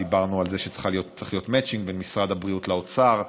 ודיברנו על זה שצריך להיות מצ'ינג בין משרד הבריאות לאוצר.